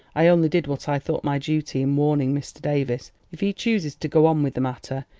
i only did what i thought my duty in warning mr. davies. if he chooses to go on with the matter,